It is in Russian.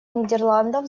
нидерландов